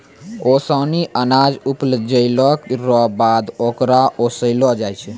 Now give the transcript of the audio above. ओसानी अनाज उपजैला रो बाद होकरा ओसैलो जाय छै